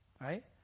Right